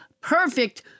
perfect